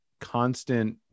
constant